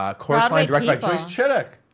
um chorus line directed by grace chidduck!